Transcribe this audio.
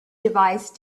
device